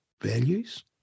values